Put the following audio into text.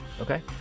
Okay